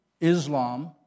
Islam